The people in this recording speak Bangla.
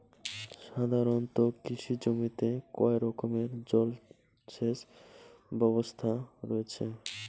সাধারণত কৃষি জমিতে কয় রকমের জল সেচ ব্যবস্থা রয়েছে?